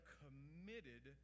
committed